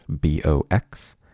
B-O-X